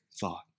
thought